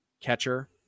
catcher